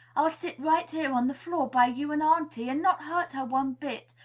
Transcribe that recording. i'll sit right here on the floor, by you and auntie, and not hurt her one bit.